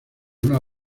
una